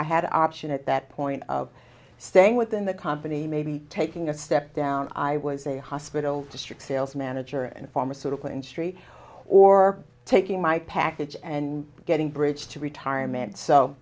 i had the option at that point of staying within the company maybe taking a step down i was a hospital district sales manager and pharmaceutical industry or taking my package and getting bridge to retirement so